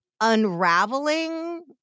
unraveling